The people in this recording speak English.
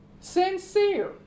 sincere